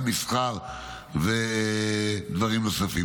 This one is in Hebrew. גם מסחר ודברים נוספים.